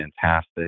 fantastic